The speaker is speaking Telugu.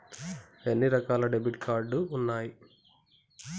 ఎన్ని రకాల డెబిట్ కార్డు ఉన్నాయి?